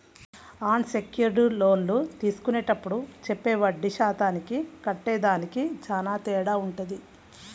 అన్ secured లోన్లు తీసుకునేప్పుడు చెప్పే వడ్డీ శాతానికి కట్టేదానికి చానా తేడా వుంటది